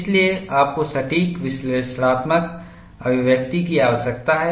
इसलिए आपको सटीक विश्लेषणात्मक अभिव्यक्ति की आवश्यकता है